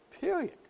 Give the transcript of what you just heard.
period